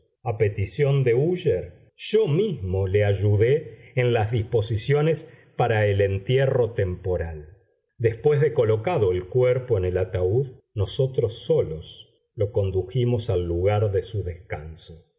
a petición de úsher yo mismo le ayudé en las disposiciones para el entierro temporal después de colocado el cuerpo en el ataúd nosotros solos lo condujimos al lugar de su descanso